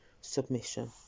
submission